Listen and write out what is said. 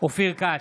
אופיר כץ,